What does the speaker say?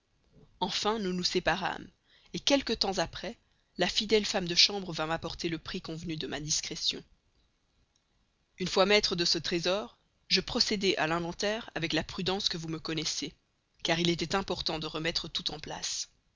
enfin nous nous séparâmes quelque temps après la fidèle femme de chambre vint m'apporter le prix convenu de ma discrétion une fois maître de ce trésor je procédai à l'inventaire avec la prudence que vous me connaissez car il était important de remettre tout en place